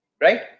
right